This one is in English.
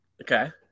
Okay